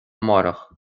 amárach